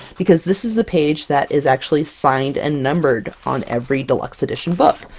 because this is the page that is actually signed and numbered on every deluxe edition book.